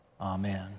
Amen